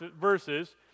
verses